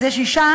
אז יש אישה,